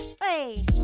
hey